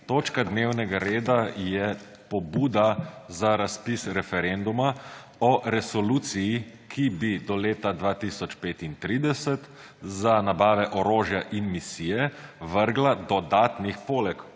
Točka dnevnega reda je pobuda za razpis referenduma o resoluciji, ki bi do leta 2035 za nabave orožja in misije vrgla dodatnih, poleg